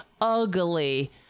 ugly